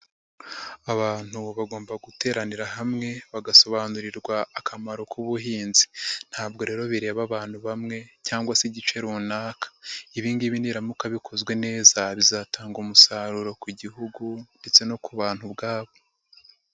Abantu bagomba guteranira hamwe bagasobanurirwa akamaro k'ubuhinzi. Ntabwo rero bireba abantu bamwe cyangwa se igice runaka. Ibi ngibi nibiramuka bikozwe neza, bizatanga umusaruro ku gihugu ndetse no ku bantu ubwabo.